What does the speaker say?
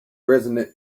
resonant